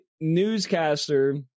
newscaster